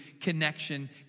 connection